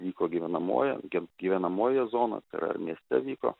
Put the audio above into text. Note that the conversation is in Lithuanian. vyko gyvenamoje gy gyvenamojoje zonoje ar mieste vyko